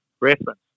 reference